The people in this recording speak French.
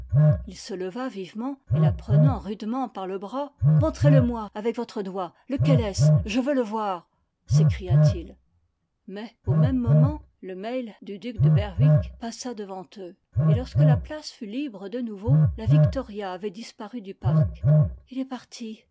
il se leva vivement et la prenant rudement par le bras montrez le moi avec votre doigt lequel est-ce je veux le voir s'écria-t-il mais au même moment le mail du duc de berwick passa devant eux et lorsque la place fut libre de nouveau la victoria avait disparu du parc il est parti